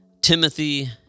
Timothy